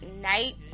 night